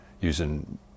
using